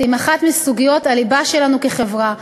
עם אחת מסוגיות הליבה שלנו כחברה,